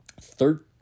third